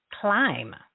Climb